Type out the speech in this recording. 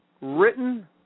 written